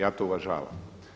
Ja to uvažavam.